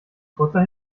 kurzer